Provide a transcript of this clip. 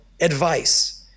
advice